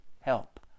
help